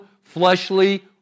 fleshly